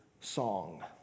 song